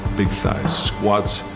big thighs. squats,